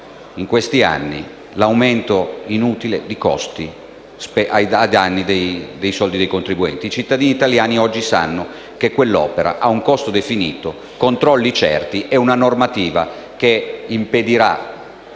in questi anni, l'aumento inutile dei costi a danno dei soldi dei contribuenti. I cittadini italiani oggi sanno che quell'opera ha un costo definito, controlli certi e una normativa che impedirà